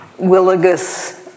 Willigus